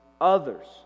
others